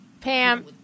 Pam